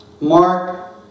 Mark